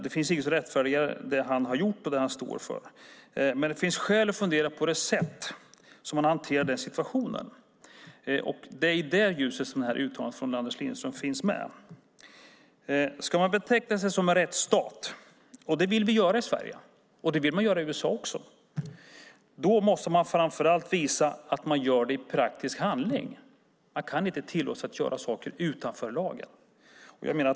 Det finns inget som rättfärdigar vad han har gjort eller står för. Men det finns skäl att fundera på det sätt som situationen hanterades. Det är i det ljuset som uttalandet från Anders Lindström finns med. Om Sverige ska betecknas som en rättsstat - det vill vi göra i Sverige, och det vill man i USA också - måste vi framför allt visa det i praktisk handling. Vi kan inte tillåta oss att göra saker utanför lagen.